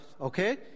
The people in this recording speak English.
Okay